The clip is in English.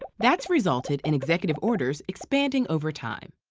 ah that's resulted in executive orders expanding over time.